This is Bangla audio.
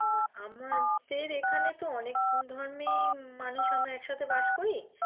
না আমাদের এখানে তো অনেক ধর্মেই মানুষ আমরা একসাথে বাস করি